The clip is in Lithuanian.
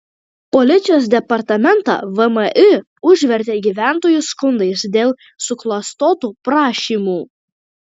policijos departamentą vmi užvertė gyventojų skundais dėl suklastotų prašymų